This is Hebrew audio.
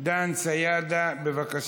חבר הכנסת דן סיידה, בבקשה.